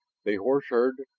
the horse herd.